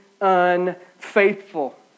unfaithful